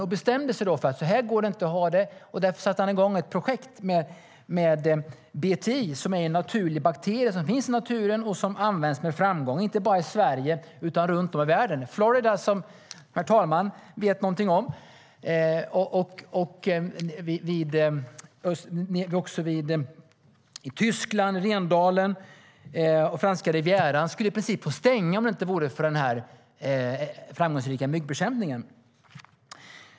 Han bestämde då att så här går det inte att ha det, och därför satte han igång ett projekt med BTI, som är en naturlig bakterie som finns i naturen och som används med framgång, inte bara i Sverige utan runt om i världen, till exempel i Florida och i Rhendalen i Tyskland. Franska rivieran skulle i princip få stänga om det inte vore för den framgångsrika myggbekämpningen.